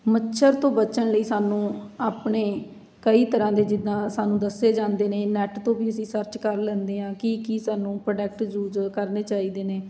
ਮੱਛਰ ਤੋਂ ਬਚਣ ਲਈ ਸਾਨੂੰ ਆਪਣੇ ਕਈ ਤਰ੍ਹਾਂ ਦੇ ਜਿੱਦਾਂ ਸਾਨੂੰ ਦੱਸੇ ਜਾਂਦੇ ਨੇ ਨੈਟ ਤੋਂ ਵੀ ਅਸੀਂ ਸਰਚ ਕਰ ਲੈਦੇ ਹਾਂ ਕੀ ਕੀ ਸਾਨੂੰ ਪ੍ਰੋਡਕਟ ਯੂਜ ਕਰਨੇ ਚਾਹੀਦੇ ਨੇ